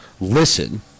listen